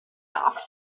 off